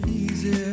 easy